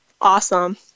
awesome